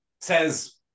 says